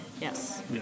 yes